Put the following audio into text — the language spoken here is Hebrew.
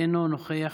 אינו נוכח.